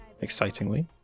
excitingly